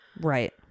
right